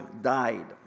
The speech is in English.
died